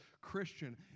Christian